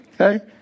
Okay